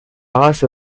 race